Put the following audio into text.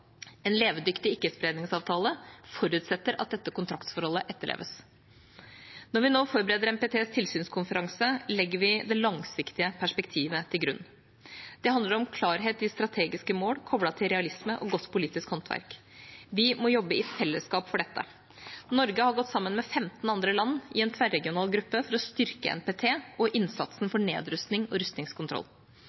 En levedyktig ikkespredningsavtale forutsetter at dette kontraktsforholdet etterleves. Når vi nå forbereder NPTs tilsynskonferanse, legger vi det langsiktige perspektivet til grunn. Det handler om klarhet i strategiske mål koblet til realisme og godt politisk håndverk. Vi må jobbe i fellesskap for dette. Norge har gått sammen med 15 andre land i en tverregional gruppe for å styrke NPT og innsatsen for nedrustning og